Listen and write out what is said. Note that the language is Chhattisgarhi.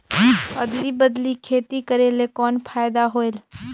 अदली बदली खेती करेले कौन फायदा होयल?